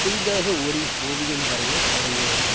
புதிதாக ஓவியம் வரைய தொடங்கிய ஒருவர்